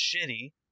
shitty